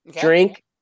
drink